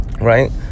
Right